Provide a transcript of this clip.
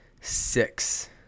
six